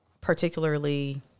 particularly